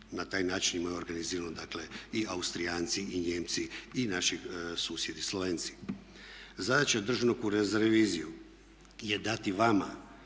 Na taj način imaju organizirano dakle i Austrijanci i Nijemci i naši susjedi Slovenci. Zadaća Državnog ureda za reviziju je dati vama